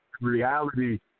Reality